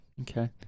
okay